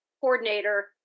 coordinator